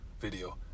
video